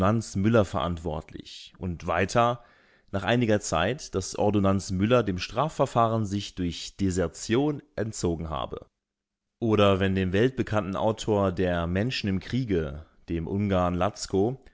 müller verantwortlich und weiter nach einiger zeit daß ordonnanz müller dem strafverfahren sich durch desertion entzogen habe oder wenn dem weltbekannten autor der menschen im kriege dem ungarn